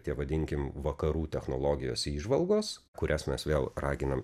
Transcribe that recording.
tie vadinkim vakarų technologijos įžvalgos kurias mes vėl raginam